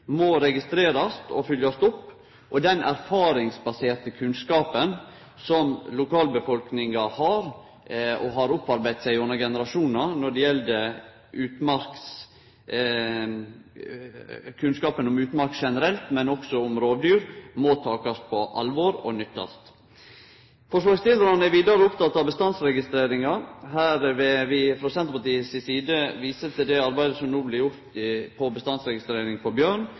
må registrerast og følgjast opp. Den erfaringsbaserte kunnskapen som lokalbefolkninga har, og som dei har opparbeidd seg i løpet av generasjonar når det gjeld utmark generelt, men òg når det gjeld rovdyr, må takast på alvor og nyttast. Forslagsstillarane er vidare opptekne av bestandsregistreringa. Her vil vi frå Senterpartiet si side vise til det arbeidet som no blir gjort i samband med bestandsregistrering for bjørn,